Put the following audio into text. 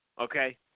okay